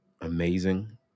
amazing